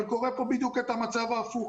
אבל קורה פה בדיוק את המצב ההפוך.